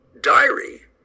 diary